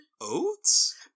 Oats